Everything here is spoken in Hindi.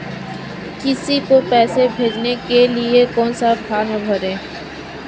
किसी को पैसे भेजने के लिए कौन सा फॉर्म भरें?